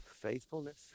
Faithfulness